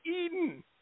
Eden